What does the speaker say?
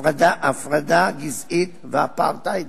הפרדה גזעית ואפרטהייד